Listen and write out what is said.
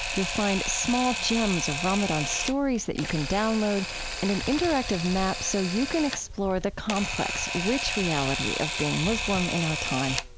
you'll find small gems of ramadan stories that you can download and an interactive map so you can explore the complex, rich reality of being muslim in our time